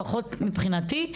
לפחות מבחינתי,